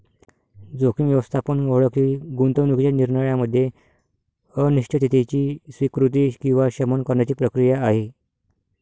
जोखीम व्यवस्थापन ओळख ही गुंतवणूकीच्या निर्णयामध्ये अनिश्चिततेची स्वीकृती किंवा शमन करण्याची प्रक्रिया आहे